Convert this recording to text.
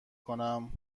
کنم